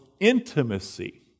intimacy